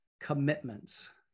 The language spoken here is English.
commitments